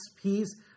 peace